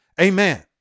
Amen